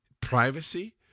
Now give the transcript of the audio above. privacy